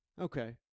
Okay